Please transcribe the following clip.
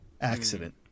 accident